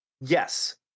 yes